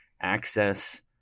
access